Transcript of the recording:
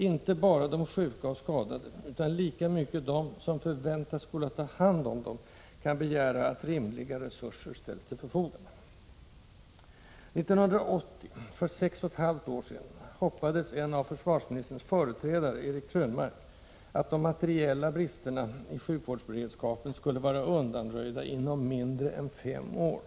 Inte bara de sjuka och skadade utan lika mycket de som förväntas skola ta hand om dem kan begära att rimliga resurser ställs till förfogande. 1980, för sex och ett halvt år sedan, hoppades en av försvarsministerns företrädare, Eric Krönmark, att de materiella bristerna i sjukvårdsberedskapen skulle vara undanröjda inom mindre än fem år.